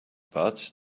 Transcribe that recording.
but